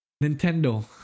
Nintendo